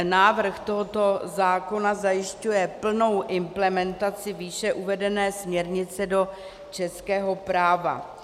Návrh tohoto zákona zajišťuje plnou implementaci výše uvedené směrnice do českého práva.